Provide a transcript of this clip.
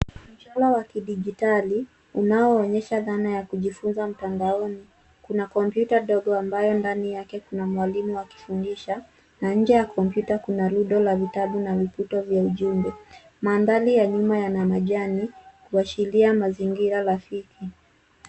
Mfumo wa kidigitali unaonyesha dhana ya kujifunza mtandaoni. Kuna kompyuta ndogo ambayo ndani yake kuna mwalimu akifundisha na nje ya kompyuta kuna rundo la vitabu na viputo vya ujumbe. Mandhari ya nyuma yana majani kuashiria mazingira rafiki.